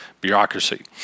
bureaucracy